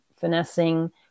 finessing